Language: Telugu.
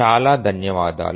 చాలా ధన్యవాదాలు